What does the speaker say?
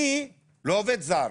אני לא עובד זר,